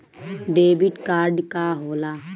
Debit card का होला?